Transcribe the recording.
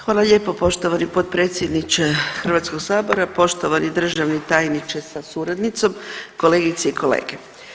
Hvala lijepo poštovani potpredsjedniče Hrvatskog sabora, poštovani državni tajniče sa suradnicom, kolegice i kolege.